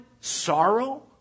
sorrow